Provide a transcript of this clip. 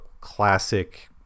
classic